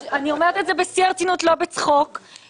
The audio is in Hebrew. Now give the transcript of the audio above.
אני רוצה שתגיד תודה לחברות וחברי הכנסת באופוזיציה